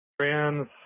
trans